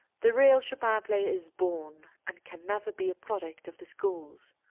the real chopin player is born and can never be a product of the schools.